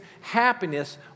happiness